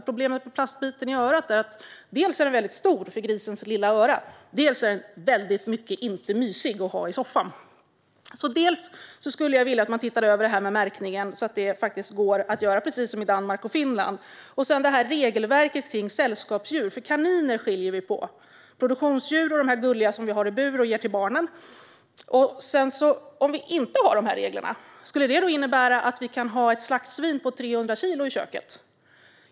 Problemet med plastbiten i örat är att dels är den stor för grisens lilla öra, dels är den inte mysig att ha i soffan. Jag skulle vilja att man ser över märkningen så att det går att göra precis som i Danmark och Finland. Sedan handlar det om regelverket för sällskapsdjur. Vi skiljer på kaniner. Det är dels produktionsdjur, dels de gulliga som hålls i bur och ges till barnen. Om dessa regler inte finns, innebär det att vi kan ha ett slaktsvin på 300 kilo i köket?